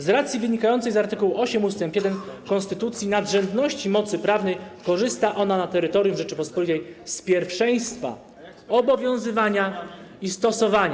Z racji wynikającej z art. 8 ust. 1 konstytucji nadrzędności mocy prawnej korzysta ona na terytorium Rzeczypospolitej z pierwszeństwa obowiązywania i stosowania.